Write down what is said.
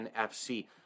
NFC